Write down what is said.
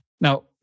Now